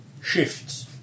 shifts